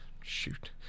shoot